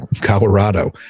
colorado